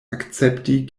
akcepti